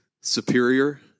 superior